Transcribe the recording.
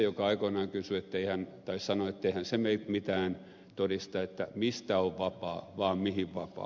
nietzschekin aikoinaan sanoi etteihän se mitään todista mistä on vapaa vaan mihin vapaa